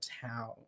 town